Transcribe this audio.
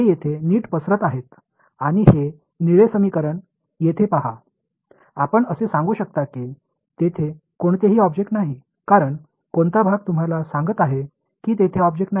ते येथे नीट पसरत आहेत आणि हे निळे समीकरण येथे पहा आपण असे सांगू शकता की तेथे कोणतेही ऑब्जेक्ट नाही कारण कोणता भाग तुम्हाला सांगत आहे की तेथे ऑब्जेक्ट नाही